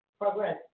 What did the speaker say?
progress